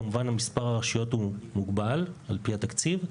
כמובן שמספר הרשויות הוא מוגבל, על פי התקציב.